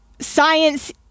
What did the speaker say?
science